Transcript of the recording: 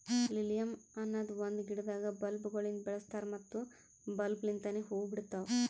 lilium ಅನದ್ ಒಂದು ಗಿಡದಾಗ್ ಬಲ್ಬ್ ಗೊಳಿಂದ್ ಬೆಳಸ್ತಾರ್ ಮತ್ತ ಬಲ್ಬ್ ಲಿಂತನೆ ಹೂವು ಬಿಡ್ತಾವ್